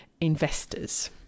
investors